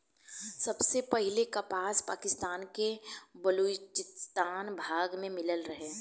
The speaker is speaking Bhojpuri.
सबसे पहिले कपास पाकिस्तान के बलूचिस्तान भाग में मिलल रहे